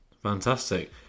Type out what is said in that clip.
Fantastic